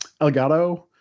Elgato